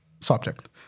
subject